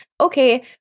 Okay